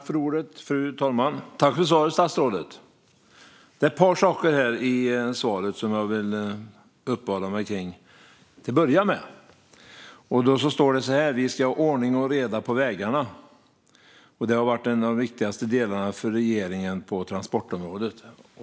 Fru talman! Tack för svaret, statsrådet! Det är ett par saker i svaret som jag vill uppehålla mig vid, till att börja med. Statsrådet sade: Vi ska ha ordning och reda på vägarna. Detta har varit en av de viktigaste delarna för regeringen på transportområdet.